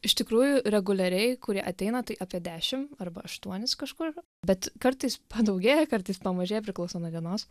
iš tikrųjų reguliariai kurie ateina tai apie dešim arba aštuonis kažkur bet kartais padaugėja kartais pamažėja priklauso nuo dienos